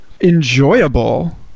enjoyable